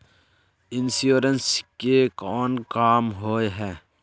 Insurance के कोन काम होय है?